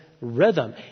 rhythm